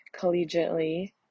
collegiately